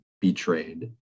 betrayed